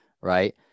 right